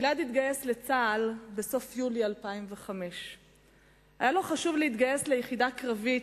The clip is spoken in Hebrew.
גלעד התגייס לצה"ל בסוף יוני 2005. היה לו חשוב להתגייס ליחידה קרבית,